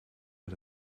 met